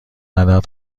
عدد